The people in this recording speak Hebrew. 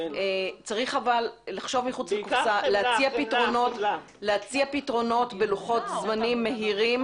צריך לחשוב מחוץ לקופסה ולהציע פתרונות בלוחות זמנים מהירים